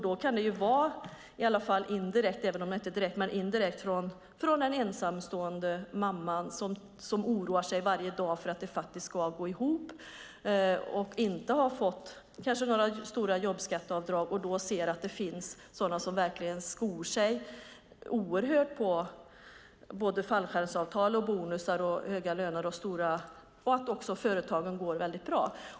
Då kan det vara, inte direkt men indirekt, från en ensamstående mamma som varje dag oroar sig för om det ska gå ihop och som inte har fått några stora jobbskatteavdrag och ser att det finns sådana som verkligen skor sig, med både fallskärmsavtal och bonusar, har höga löner och ser att företagen går väldigt bra.